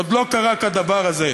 עוד לא קרה כדבר הזה,